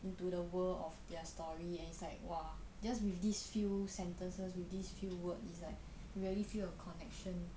into the world of their story and it's like !wah! just with this few sentences with these few words it's like really feel a connection